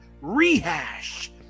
rehash